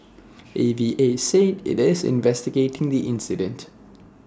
A V A said IT is investigating the incident